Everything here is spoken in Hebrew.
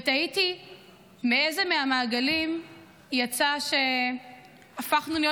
ותהיתי מאיזה מהמעגלים יצא שהפכנו להיות